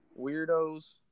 weirdos